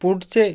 पुढचे